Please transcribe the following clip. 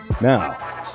Now